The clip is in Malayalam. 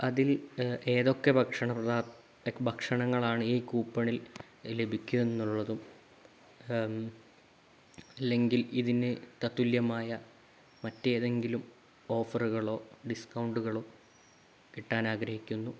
അതിൽ ഏതൊക്കെ ഭക്ഷണങ്ങളാണ് ഈ കൂപ്പണിൽ ലഭിക്കും എന്നുള്ളതും അല്ലെങ്കിൽ ഇതിന് തത്തുല്യമായ മറ്റേതെങ്കിലും ഓഫറുകളോ ഡിസ്ക്കൗണ്ടുകളോ കിട്ടാൻ ആഗ്രഹിക്കുന്നു